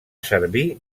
servir